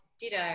ditto